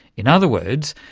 in other words,